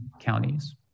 counties